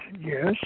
Yes